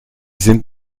sind